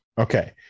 Okay